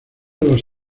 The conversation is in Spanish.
los